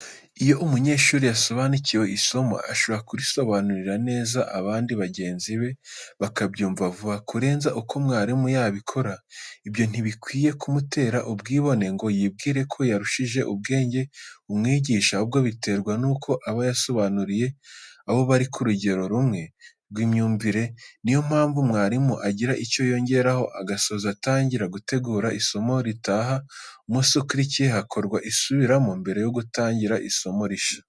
Iyo umunyeshuri yasobanukiwe isomo, ashobora kurisobanurira neza abandi bagenzi be bakabyumva vuba kurenza uko mwarimu yabikora, ibyo ntibikwiye kumutera ubwibone ngo yibwire ko yarushije ubwenge umwigisha, ahubwo biterwa nuko aba yasobanuriye abo bari ku rugero rumwe rw'imyumvire, ni yo mpamvu mwarimu agira icyo yongeraho agasoza, agatangira gutegura isomo ritaha, umunsi ukurikiye hakorwa isubiramo mbere yo gutangira isomo rishya.